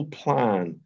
plan